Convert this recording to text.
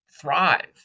thrive